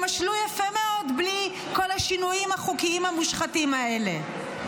הם משלו יפה מאוד בלי כל השינויים החוקיים המושחתים האלה.